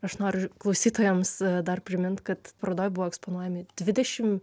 aš noriu klausytojams dar primint kad parodoje buvo eksponuojami dvidešimt